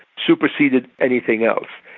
superseded anything else.